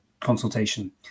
consultation